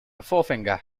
forefinger